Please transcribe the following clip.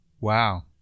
Wow